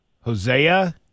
Hosea